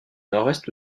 nord